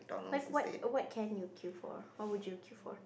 like what what can you queue for what will you queue for